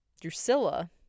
Drusilla